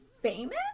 famous